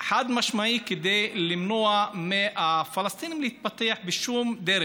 חד-משמעית כדי למנוע מהפלסטינים להתפתח בכל דרך.